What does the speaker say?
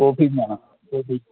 ആ കോഫിയും വേണം കോഫി